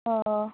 অঁ